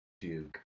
Duke